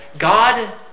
God